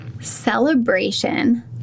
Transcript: Celebration